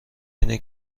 اینه